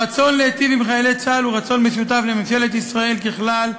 הרצון להיטיב עם חיילי צה"ל הוא רצון משותף לממשלת ישראל ככלל,